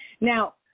Now